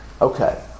Okay